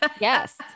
Yes